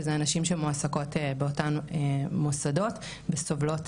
שאלו נשים שמועסקות באותן מוסדות וסובלות